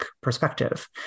perspective